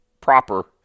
proper